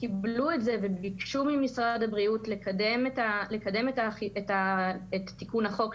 קיבלו את זה וביקשו ממשרד הבריאות לקדם את תיקון החוק,